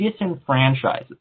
disenfranchises